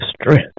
strength